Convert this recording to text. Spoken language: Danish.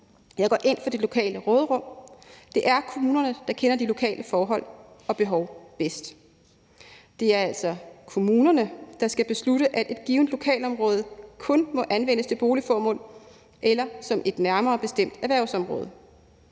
Jeg går ind for det lokale råderum. Det er kommunerne, der kender de lokale forhold og behov bedst. Det er altså kommunerne, der skal beslutte, at et givent lokalområde kun må anvendes til boligformål eller som et nærmere bestemt erhvervsområde.